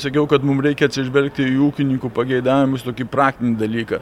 sakiau kad mum reikia atsižvelgti į ūkininkų pageidavimus tokį praktinį dalyką